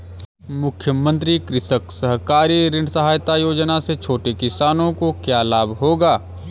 मुख्यमंत्री कृषक सहकारी ऋण सहायता योजना से छोटे किसानों को क्या लाभ होगा?